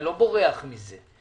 אני לא בורח מזה,